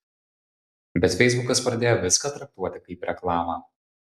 bet feisbukas pradėjo viską traktuoti kaip reklamą